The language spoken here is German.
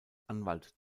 anwalt